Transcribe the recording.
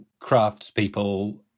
craftspeople